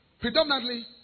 predominantly